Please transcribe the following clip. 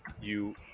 you-